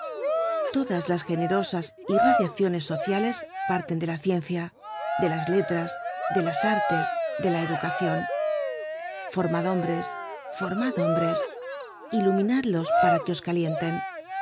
todas las generosas irradiaciones sociales parten de la ciencia de ks letras de las artes de la educacion formad hombres formad hombres iluminadlos para que os calienten